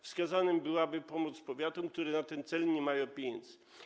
Wskazana byłaby pomoc powiatom, które na ten cel nie mają pieniędzy.